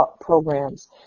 programs